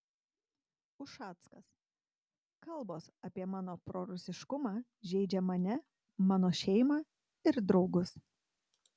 ušackas kalbos apie mano prorusiškumą žeidžia mane mano šeimą ir draugus